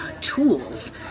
tools